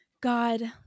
God